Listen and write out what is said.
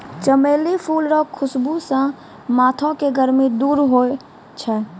चमेली फूल रो खुशबू से माथो के गर्मी दूर होय छै